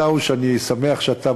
clear?